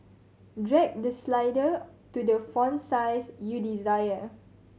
drag the slider to the font size you desire